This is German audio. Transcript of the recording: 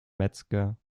metzger